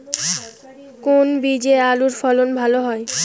কোন বীজে আলুর ফলন ভালো হয়?